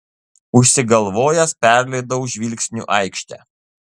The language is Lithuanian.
užsigalvojęs perleidau žvilgsniu aikštę